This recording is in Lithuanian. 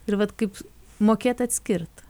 ir vat kaip mokėt atskirt